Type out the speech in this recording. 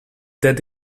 that